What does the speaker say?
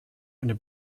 eine